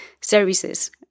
services